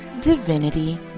Divinity